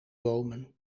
bomen